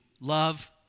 love